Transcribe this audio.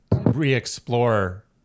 re-explore